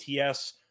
ATS